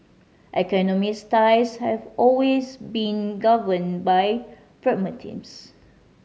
economics ties have always been governed by pragmatism